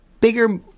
bigger